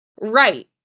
Right